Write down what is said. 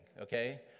okay